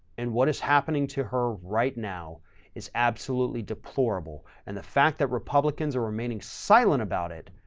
and what is happening to her right now is absolutely deplorable. and the fact that republicans are remaining silent about it,